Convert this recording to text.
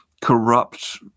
corrupt